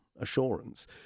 Assurance